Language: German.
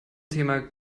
thema